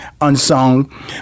unsung